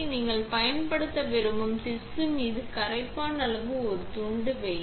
நீங்கள் பயன்படுத்த விரும்பும் திசு மீது கரைப்பான் அளவு ஒரு துண்டு வைத்து